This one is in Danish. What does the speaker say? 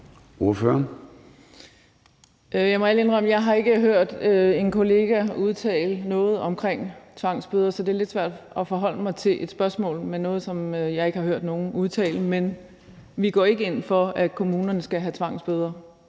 jeg ikke har hørt en kollega udtale noget om tvangsbøder, så det er lidt svært for mig at forholde mig til et spørgsmål om noget, som jeg ikke har hørt nogen udtale sig om. Men vi går ikke ind for, at kommunerne skal have tvangsbøder.